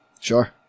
Sure